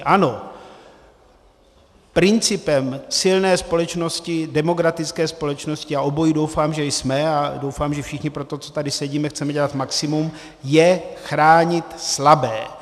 Ano, principem silné společnosti, demokratické společnosti, a obojí doufám jsme, a doufám, že všichni pro to, co tady sedíme, chceme dělat maximum, je chránit slabé.